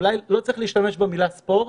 אולי לא צריך להשתמש במילה "ספורט",